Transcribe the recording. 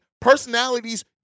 personalities